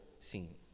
scene